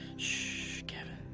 shhh,